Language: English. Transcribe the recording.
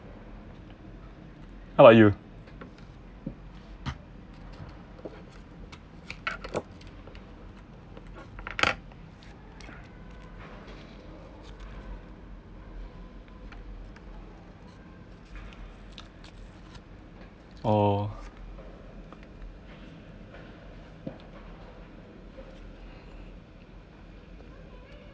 how about you oh